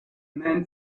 man